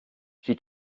she